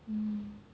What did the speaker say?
mm